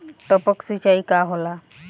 टपक सिंचाई का होला?